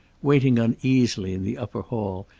waiting uneasily in the upper hall,